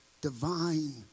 divine